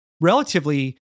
relatively